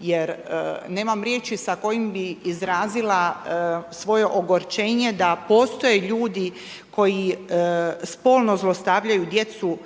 jer nemam riječi s kojim bih izrazila svoje ogorčenje da postoje ljudi koji spolno zlostavljaju djecu